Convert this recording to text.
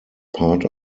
part